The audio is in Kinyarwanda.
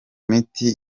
miti